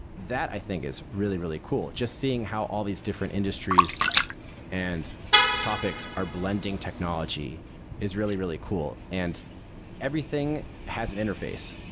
that i think is really, really cool. just seeing how all these different industries and topics are blending technology is really, really cool, and everything has an interface.